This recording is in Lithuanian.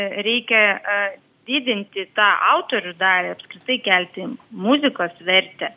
reikia didinti tą autorių dalį apskritai kelti muzikos vertę